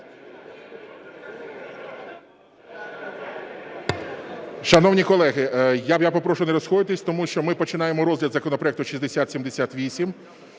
Шановні колеги, я попрошу не розходитись, тому що ми починаємо розгляд законопроекту 6078,